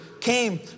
came